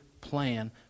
plan